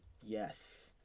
Yes